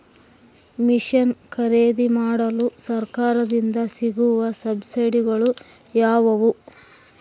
Mission ಖರೇದಿಮಾಡಲು ಸರಕಾರದಿಂದ ಸಿಗುವ ಸಬ್ಸಿಡಿಗಳು ಯಾವುವು?